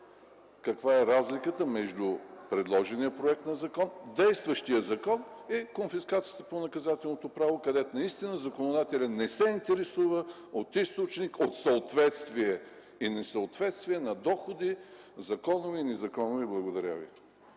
каква е разликата между предложения проект на закон, действащия закон и конфискацията по наказателното право, където наистина законодателят не се интересува от източника, от съответствие и несъответствие на доходи – законови и незаконови. Благодаря Ви.